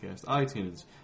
itunes